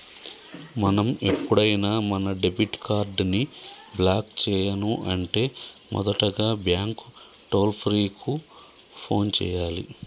మనం ఎప్పుడైనా మన డెబిట్ కార్డ్ ని బ్లాక్ చేయను అంటే మొదటగా బ్యాంకు టోల్ ఫ్రీ కు ఫోన్ చేయాలి